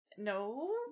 No